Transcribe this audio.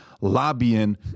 lobbying